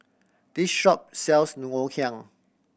this shop sells Ngoh Hiang